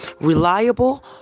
Reliable